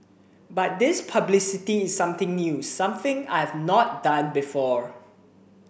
but this publicity is something new something I've not done before